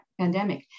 pandemic